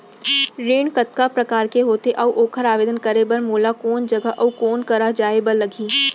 ऋण कतका प्रकार के होथे अऊ ओखर आवेदन करे बर मोला कोन जगह अऊ कोन करा जाए बर लागही?